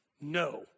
No